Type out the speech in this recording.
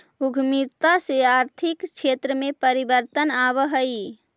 उद्यमिता से आर्थिक क्षेत्र में परिवर्तन आवऽ हई